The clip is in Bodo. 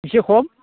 एसे खम